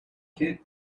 kid